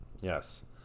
Yes